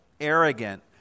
arrogant